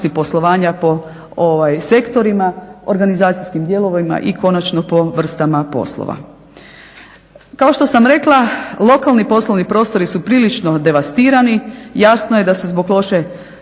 poslovanja po sektorima, organizacijskim dijelovima i konačno po vrstama poslova. Kao što sam rekla lokalni poslovni prostori su prilično devastirani. Jasno je da se zbog loše